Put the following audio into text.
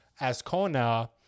Ascona